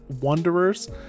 wanderers